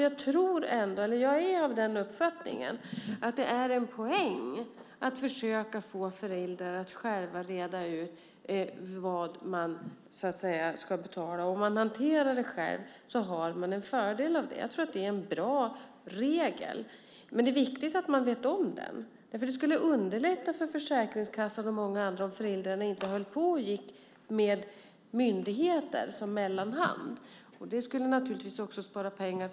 Jag är ändå av uppfattningen att det är en poäng att försöka få föräldrar att själva reda ut vad man ska betala. Om man hanterar det själv har man en fördel av det. Jag tror att det är en bra regel, men det är viktigt att man vet om den. Det skulle underlätta för Försäkringskassan och många andra om föräldrarna inte höll på med myndigheter som mellanhand. Det skulle naturligtvis också spara pengar.